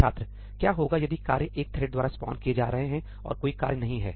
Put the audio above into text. छात्र क्या होगा यदि कार्य एक थ्रेड द्वारा स्पॉन किए जा रहे हैं और कोई कार्य नहीं है